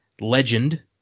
Legend